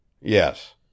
Yes